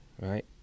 right